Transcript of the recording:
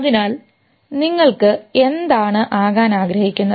അതിനാൽ നിങ്ങൾ എന്താണ് ആകാൻ ആഗ്രഹിക്കുന്നത്